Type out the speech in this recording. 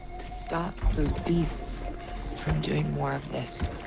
to stop those beasts from doing more of this.